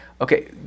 Okay